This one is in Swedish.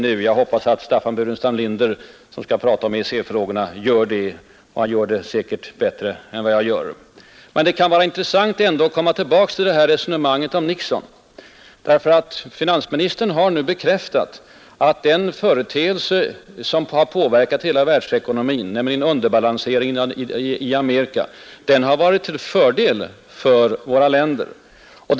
Jag hoppas att Staffan Burenstam Linder, som senare skall tala om EEC-frågorna, gör det. Han gör det säkert bättre än jag. Det kan vara intressant att återkomma till vårt resonemang om president Nixon. Finansministern har nu bekräftat att den företeelse som påverkat hela världsekonomin, nämligen den amerikanska underbalanseringen, medfört fördelar för vårt land och andra länder.